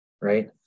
Right